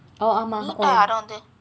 oh ஆமாம் ஆமாம்:aamaam aamaam